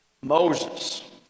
Moses